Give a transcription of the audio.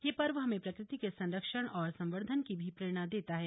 यह पर्व हमें प्रकृति के संरक्षण और संवर्धन की भी प्रेरणा देता है